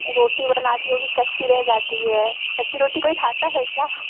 रोटी बनाती हो वो भी कच्ची रह जाती है कच्ची रोटी कोई खाता है क्या